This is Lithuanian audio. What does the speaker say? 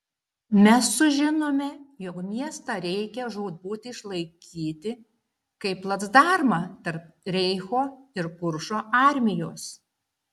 mes sužinome jog miestą reikia žūtbūt išlaikyti kaip placdarmą tarp reicho ir kuršo armijos